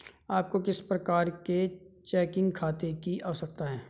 आपको किस प्रकार के चेकिंग खाते की आवश्यकता है?